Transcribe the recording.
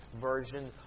version